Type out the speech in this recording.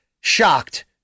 shocked